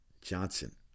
Johnson